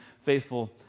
faithful